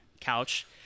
couch